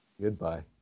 Goodbye